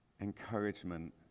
encouragement